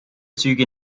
züge